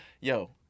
yo